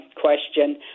question